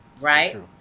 right